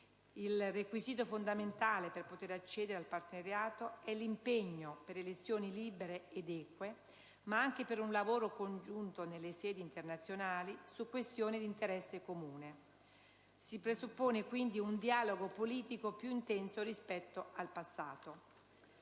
Il requisito fondamentale per poter accedere al partenariato è l'impegno per elezioni libere ed eque ma anche per un lavoro congiunto nelle sedi internazionali su questioni di interesse comune. Si presuppone quindi un dialogo politico più intenso rispetto al passato.